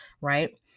right